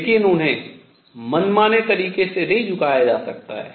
लेकिन उन्हें मनमाने तरीके से नहीं झुकाया जा सकता है